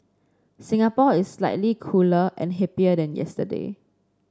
Singapore is slightly cooler and hipper than yesterday